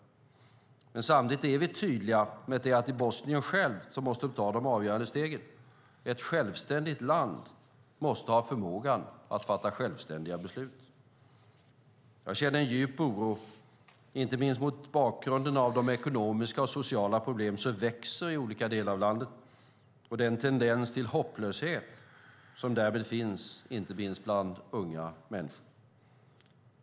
Men samtidigt är vi tydliga med att det är Bosnien självt som måste ta de avgörande stegen. Ett självständigt land måste ha förmågan att fatta självständiga beslut. Jag känner en djup oro mot bakgrund av de ekonomiska och sociala problem som växer i olika delar av landet och den tendens till hopplöshet som därmed finns, inte minst bland många unga människor.